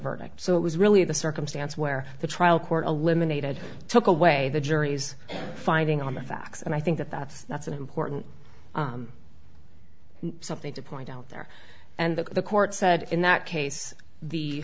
verdict so it was really the circumstance where the trial court eliminated took away the jury's finding on the facts and i think that that's that's an important something to point out there and that the court said in that case the